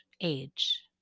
age